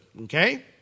okay